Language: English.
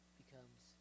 becomes